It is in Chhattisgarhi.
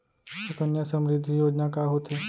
सुकन्या समृद्धि योजना का होथे